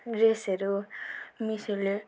ड्रेसहरू मिसहरूले